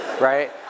right